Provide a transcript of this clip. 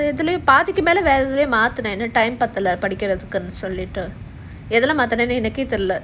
err பாதிக்கு மேல:paathikku mela time பத்தலைனு சொல்லிட்டு:pathalainu sollitu so later எதுல மாட்டுனேனு எனக்கே தெரியல:edhula maatunaenu enake theriyala